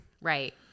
Right